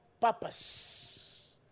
purpose